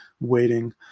waiting